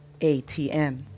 ATM